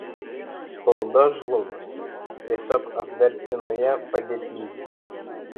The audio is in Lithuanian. spauda žlugus tiesiog apverktinoje padėtyj